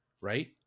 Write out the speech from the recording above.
right